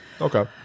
Okay